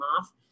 off